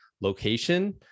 location